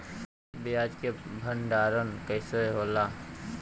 प्याज के भंडारन कइसे होला?